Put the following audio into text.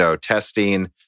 testing